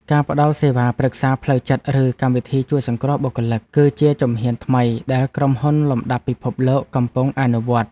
ការផ្តល់សេវាប្រឹក្សាផ្លូវចិត្តឬកម្មវិធីជួយសង្គ្រោះបុគ្គលិក គឺជាជំហានថ្មីដែលក្រុមហ៊ុនលំដាប់ពិភពលោកកំពុងអនុវត្ត។